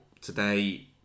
today